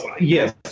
Yes